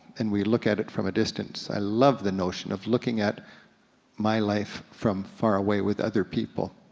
and we look at it from a distance. i love the notion of looking at my life from far away with other people.